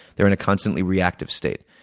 they're in a constantly reactive state.